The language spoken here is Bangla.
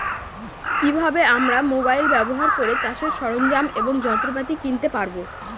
কি ভাবে আমরা মোবাইল ব্যাবহার করে চাষের সরঞ্জাম এবং যন্ত্রপাতি কিনতে পারবো?